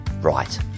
right